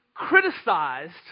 criticized